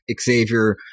Xavier –